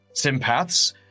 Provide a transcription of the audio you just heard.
sympaths